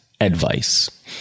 advice